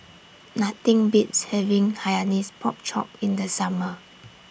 Nothing Beats having Hainanese Pork Chop in The Summer